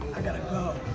i gotta go.